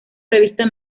revista